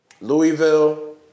Louisville